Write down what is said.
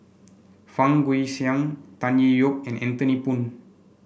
Fang Guixiang Tan Tee Yoke and Anthony Poon